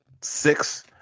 six